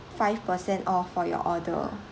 five percent off for your order